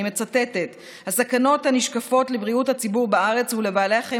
אני מצטטת: "הסכנות הנשקפות לבריאות הציבור בארץ ולבעלי החיים